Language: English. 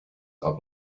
are